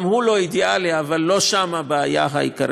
גם הוא לא אידאלי, אבל לא שם הבעיה העיקרית.